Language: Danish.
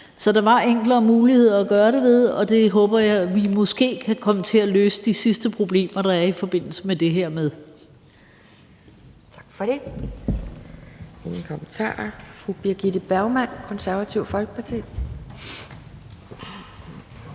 Så der var enklere måder at gøre det på, og jeg håber, at vi måske kan komme til at løse de sidste problemer, der er i forbindelse med det her. Kl. 20:06 Anden